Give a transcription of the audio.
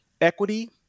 equity